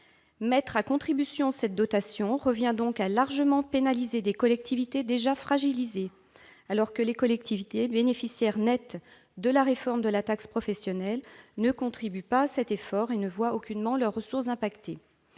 Mettre à contribution cette dotation revient donc à pénaliser largement des collectivités déjà fragilisées, alors que les collectivités bénéficiaires nettes de la réforme de la taxe professionnelle ne contribuent pas à cet effort et ne voient aucunement leurs ressources impactées.